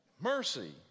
mercy